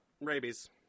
Rabies